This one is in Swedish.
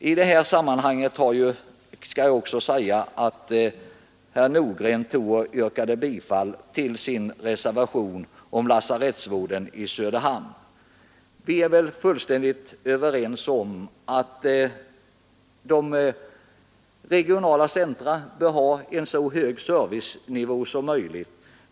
I detta sammanhang vill jag också anföra något med anledning av att herr Nordgren yrkade bifall till sin reservation om lasarettsvården i Söderhamn, Vi är väl fullständigt överens om att de regionala centra bör ha en så hög servicenivå som möjligt.